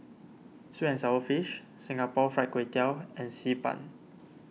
Sweet and Sour Fish Singapore Fried Kway Tiao and Xi Ban